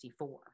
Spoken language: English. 1964